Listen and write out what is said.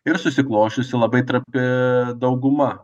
ir susiklosčiusi labai trapi dauguma